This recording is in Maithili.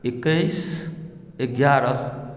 एकैस एगारह